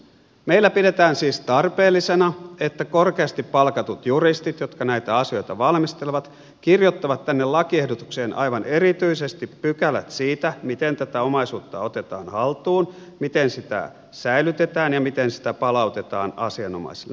meillä pidetään siis tarpeellisena että korkeasti palkatut juristit jotka näitä asioita valmistelevat kirjoittavat tänne lakiehdotukseen aivan erityisesti pykälät siitä miten tätä omaisuutta otetaan haltuun miten sitä säilytetään ja miten sitä palautetaan asianomaiselle